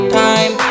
time